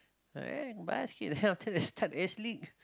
eh basket then after that start S-League